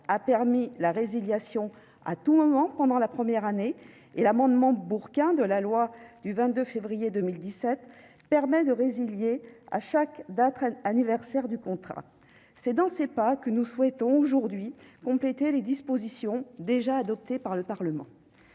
a permis la résiliation à tout moment, pendant la première année, et l'amendement Bourquin de la loi du 22 février 2017 la permet à chaque date anniversaire du contrat. C'est en nous inscrivant dans ces pas que nous souhaitons compléter les dispositions déjà adoptées par le Parlement.